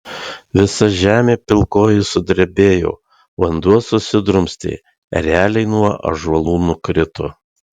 visa žemė pilkoji sudrebėjo vanduo susidrumstė ereliai nuo ąžuolų nukrito